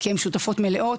כי הן שותפות מלאות.